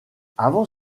avant